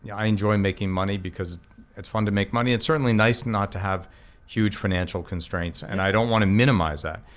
yeah i enjoy making money because it's fun to make money. it's certainly nice not to have huge financial constraints, and i don't wanna minimize that,